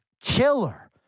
killer